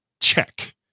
Check